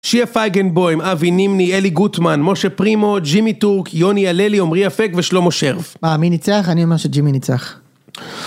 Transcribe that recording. שייע פייגנבויים, אבי נימני, אלי גוטמן, משה פרימו, ג'ימי טורק, יוני הללי, עומרי אפק ושלמה שרף. מה, מי ניצח? אני אומר שג'ימי ניצח.